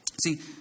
See